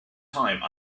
time